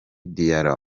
diarra